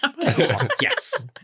Yes